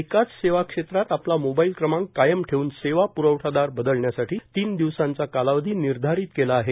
एकाच सेवा क्षेत्रात आपला मोबाईल क्रमांक कायम ठेवून सेवा प्रवठादार बदलण्यासाठी तीन दिवसांचा कालावधी निर्धारित केला आहे